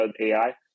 ai